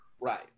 Right